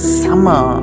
summer